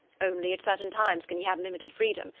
only at certain times can he have limited freedom.